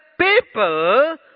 people